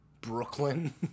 Brooklyn